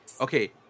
Okay